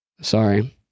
Sorry